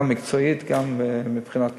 גם מקצועית, גם מבחינת קריטריונים.